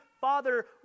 father